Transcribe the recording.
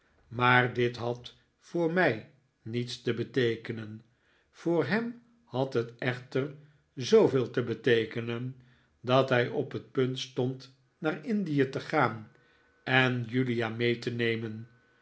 maar dit had voor mij niets te beteekenen voor hem had het echter zooveel te beteekenen dat hij op het punt stond naar indie te gaan en julia mee te nemen